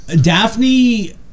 Daphne